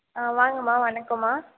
வாங்கம்மா வணக்கம்மா